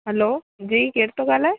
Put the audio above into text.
हलो जी केर थो ॻाल्हाए